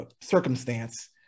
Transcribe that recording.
circumstance